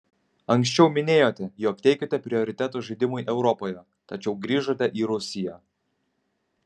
anksčiau minėjote jog teikiate prioritetą žaidimui europoje tačiau grįžote į rusiją